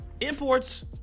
Imports